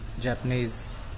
Japanese